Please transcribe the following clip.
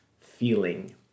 feeling